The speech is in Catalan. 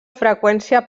freqüència